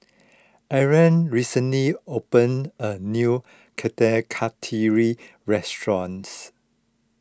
Oren recently opened a new Kuih Kasturi restaurants